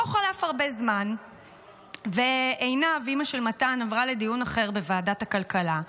לא חלף הרבה זמן ועינב אימא של מתן עברה לדיון אחר בוועדת הכלכלה,